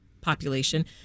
population